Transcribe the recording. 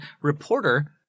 reporter